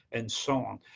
and so on.